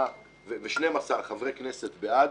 ו-112 חברי כנסת בעד,